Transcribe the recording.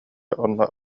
онно